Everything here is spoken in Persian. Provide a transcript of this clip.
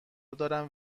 دارم